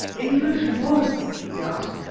english lord, he gasped,